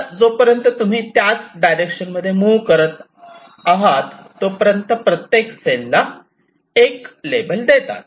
आता जो पर्यंत तुम्ही त्या डायरेक्शन मध्ये मुव्ह करत आहात तो पर्यंत प्रत्येक सेल ला 1 लेबल देतात